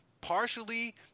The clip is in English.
partially